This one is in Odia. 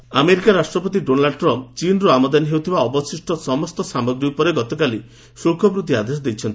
ୟୁଏସ୍ ଚୀନ୍ ଆମେରିକା ରାଷ୍ଟ୍ରପତି ଡୋନାଲ୍ଡ୍ ଟ୍ରମ୍ ଚୀନ୍ରୁ ଆମଦାନୀ ହେଉଥିବା ଅବଶିଷ୍ଟ ସମସ୍ତ ସାମଗ୍ରୀ ଉପରେ ଗତକାଲି ଶୁଳ୍କ ବୃଦ୍ଧି ଆଦେଶ ଦେଇଛନ୍ତି